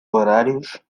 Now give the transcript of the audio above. horários